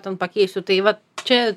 ten pakeisiu tai vat čia